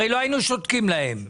הרי לא היינו שותקים להם.